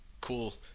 cool